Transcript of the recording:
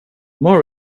more